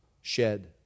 shed